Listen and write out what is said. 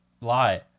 lie